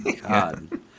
God